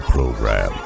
Program